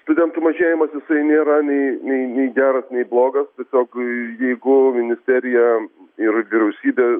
studentų mažėjimas jisai nėra nei nei nei geras nei blogas tiesiog jeigu ministerija ir vyriausybė